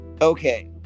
Okay